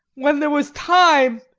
when there was time,